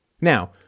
Now